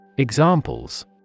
Examples